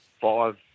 five